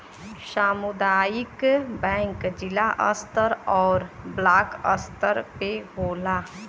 सामुदायिक बैंक जिला स्तर आउर ब्लाक स्तर पे होला